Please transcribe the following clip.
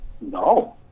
No